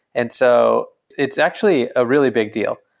and so it's actually a really big deal.